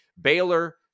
Baylor